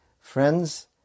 friends